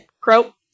Crow